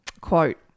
Quote